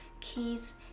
kids